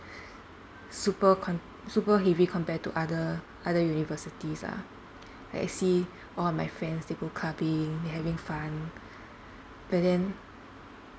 super con~ super heavy compare to other other universities lah like I see all of my friends they go clubbing they having fun but then